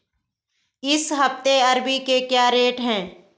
इस हफ्ते अरबी के क्या रेट हैं?